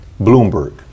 Bloomberg